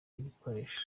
ibikoresho